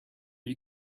you